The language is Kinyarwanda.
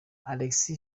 alex